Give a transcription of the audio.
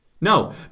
No